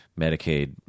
Medicaid